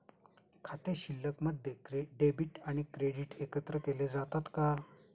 खाते शिल्लकमध्ये डेबिट आणि क्रेडिट एकत्रित केले जातात का?